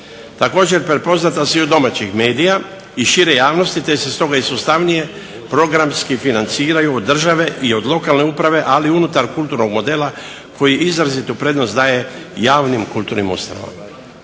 Također prepoznata su od domaćih medija i šire javnosti te se stoga sustavnije programski financiraju od države i od lokalne uprave ali i unutar kulturnog modela koji izrazitu prednost daje javnim kulturnim ustanovama.